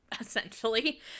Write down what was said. essentially